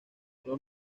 los